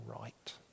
right